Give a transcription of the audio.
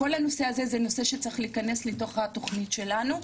כל הנושאים האלה צריכים להיכנס לתוך התוכנית שלנו.